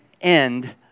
end